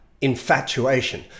infatuation